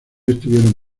estuvieron